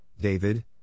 David